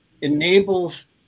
enables